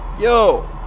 Yo